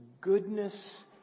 goodness